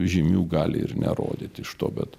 žymių gali ir nerodyti iš to bet